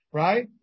right